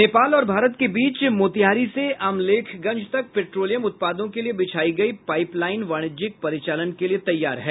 नेपाल और भारत के बीच मोतिहारी से अमलेखगंज तक पेट्रोलियम उत्पादों के लिए बिछाई गई पाइप लाइन वाणिज्यिक परिचालन के लिए तैयार है